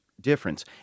difference